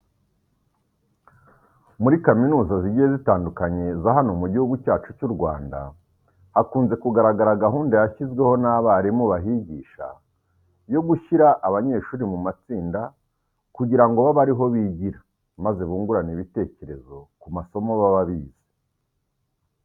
Muri kaminuza zigiye zitandukanye za hano mu Gihugu cyacu cy'u Rwanda hakunze kugaragara gahunda yashyizweho n'abarimu bahigisha yo gushyira abanyeshuri mu matsinda kugira ngo babe ari ho bigira maze bungurane ibitekerezo ku masomo baba bize.